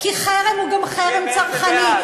חבר הכנסת שמולי,